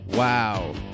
Wow